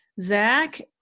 Zach